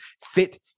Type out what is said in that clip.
fit